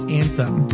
anthem